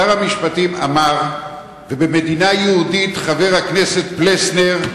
שר המשפטים אמר, ובמדינה יהודית, חבר הכנסת פלסנר,